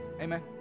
Amen